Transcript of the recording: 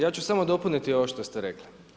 Ja ću samo dopuniti ovo što ste rekli.